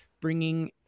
bringing